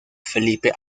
felipe